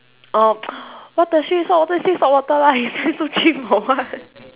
oh what the shit saltwater you say saltwater lah you say so chim for what